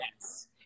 yes